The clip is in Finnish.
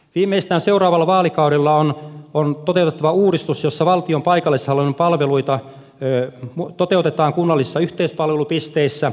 viimeistään seuraavalla vaalikaudella on toteutettava uudistus jossa valtion paikallishallinnon palveluita toteutetaan kunnallisissa yhteispalvelupisteissä